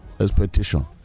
expectation